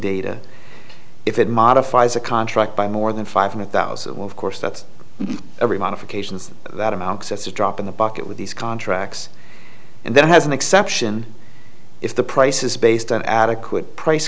data if it modifies a contract by more than five hundred thousand of course that's every modifications that amounts it's a drop in the bucket with these contracts and then has an exception if the price is based on adequate price